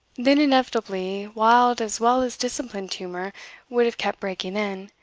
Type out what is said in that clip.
then inevitably wild as well as disciplined humour would have kept breaking in,